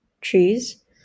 trees